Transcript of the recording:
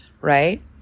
right